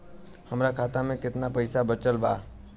हमरा खाता मे केतना पईसा बचल बा?